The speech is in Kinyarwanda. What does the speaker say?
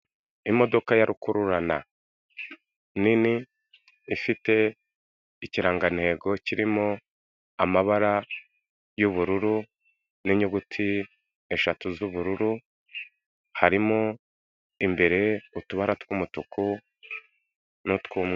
Imodoka ya rukururana nini ifite ikirangantego kirimo amabara y'ubururu n'inyuguti eshatu z'ubururu, harimo imbere utubara tw'umutuku n'utw'umweru.